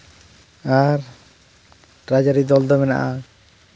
ᱟᱨ ᱨᱟᱡᱽᱼᱟᱹᱨᱤ ᱫᱚᱞ ᱫᱚ ᱢᱮᱱᱟᱜᱼᱟ